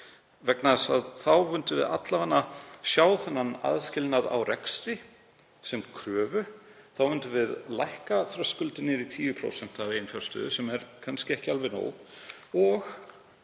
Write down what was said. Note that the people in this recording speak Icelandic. hluta. Þá myndum við alla vega sjá þennan aðskilnað í rekstri sem kröfu. Þá myndum við lækka þröskuldinn niður í 10% af eiginfjárstöðu, sem er kannski ekki alveg nóg, og